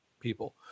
people